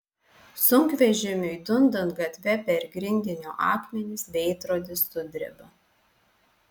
sunkvežimiui dundant gatve per grindinio akmenis veidrodis sudreba